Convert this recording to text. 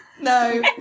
no